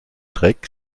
dreck